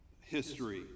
history